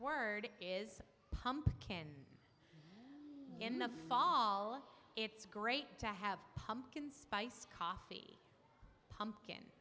pumpkin in the fall it's great to have pumpkin spice coffee pumpkin